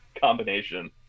combination